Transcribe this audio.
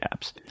apps